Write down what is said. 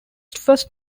first